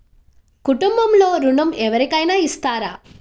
కుటుంబంలో ఋణం ఎవరికైనా ఇస్తారా?